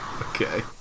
Okay